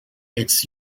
its